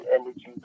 energy